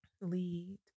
lead